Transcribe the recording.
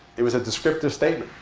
it was a descriptive statement.